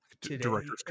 Director's